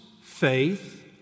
faith